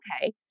Okay